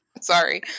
Sorry